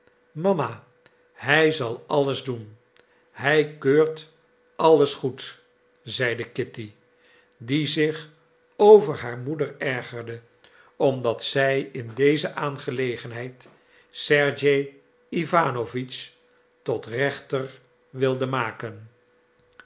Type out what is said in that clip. mama hij zal alles doen hij keurt alles goed zeide kitty die zich over haar moeder ergerde omdat zij in deze aangelegenheid sergej iwanowitsch tot rechter wilde maken